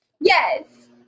Yes